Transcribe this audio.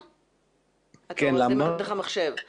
אני חושב שעכשיו החד-פעמי בימי